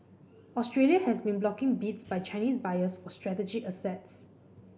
Australia has been blocking bids by Chinese buyers for strategic assets